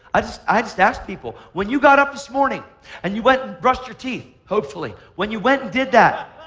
i just i just ask people, when you got up this morning and you went and brushed your teeth hopefully when you went and did that,